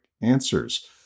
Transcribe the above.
answers